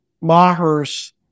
Maher's